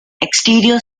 exterior